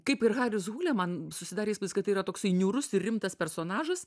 kaip ir haris hūlė man susidarė įspūdis kad tai yra toksai niūrus rimtas personažas